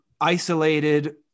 isolated